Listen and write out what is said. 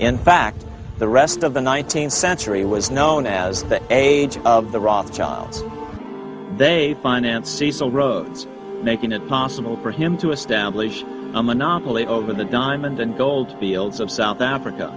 in fact the rest of the nineteenth century was known as the age of the rothschilds they financed cecil rhodes making it possible for him to establish a monopoly over the diamond and gold fields of south africa